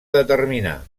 determinar